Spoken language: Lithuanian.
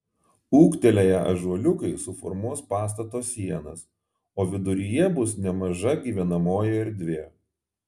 ūgtelėję ąžuoliukai suformuos pastato sienas o viduryje bus nemaža gyvenamoji erdvė